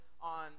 on